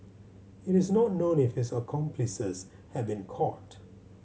it is not known if his accomplices have been caught